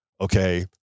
Okay